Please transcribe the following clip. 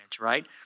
Right